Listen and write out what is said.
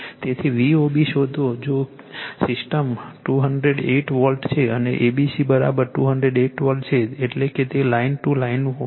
તેથી VOB શોધો જો કે સિસ્ટમ 208 વોલ્ટ છે અને A B C બરાબર 208 વોલ્ટ છે એટલે કે તે લાઇન ટુ લાઇન છે